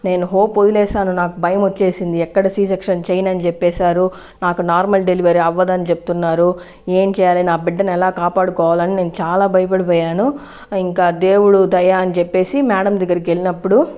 నేను హోప్ వదిలేసాను నాకు భయం వచ్చేసింది ఎక్కడ సి సెక్షన్ చేయనని చెప్పేసారు నాకు నార్మల్ డెలివరీ అవ్వదని చెప్తున్నారు ఏం చేయాలి నా బిడ్డను ఎలా కాపాడుకోవాలని నేను చాలా భయపడిపోయాను ఇంకా దేవుడు దయ అని చెప్పేసి మేడం దగ్గరికి వెళ్ళినప్పుడు